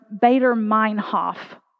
Bader-Meinhof